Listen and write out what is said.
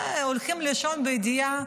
הולכים לישון בידיעה